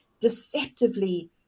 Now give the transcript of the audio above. deceptively